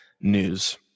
news